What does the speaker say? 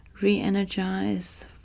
re-energize